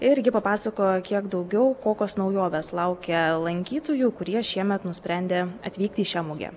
irgi papasakojo kiek daugiau kokios naujovės laukia lankytojų kurie šiemet nusprendė atvykti į šią mugę